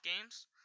games